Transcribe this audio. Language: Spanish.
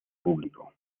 público